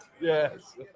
Yes